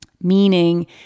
meaning